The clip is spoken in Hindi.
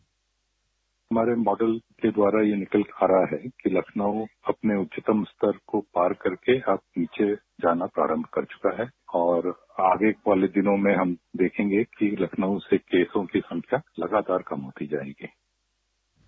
बाइट हमारे मॉडल के द्वारा ये निकल के आ रहा है कि लखनऊ अपने उच्चतम स्तर को पार करके अब नीचे जाना प्रारंभ कर चुका है और आगे आने वाले दिनों में हम देखेंगे कि लखनऊ से कोविड केसों की संख्या लगातार कम होते जाएंगे